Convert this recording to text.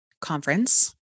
conference